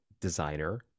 designer